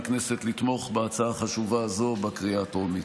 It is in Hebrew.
מהכנסת לתמוך בהצעה חשובה זו בקריאה הטרומית.